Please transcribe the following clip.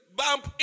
bump